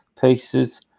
pieces